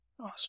Awesome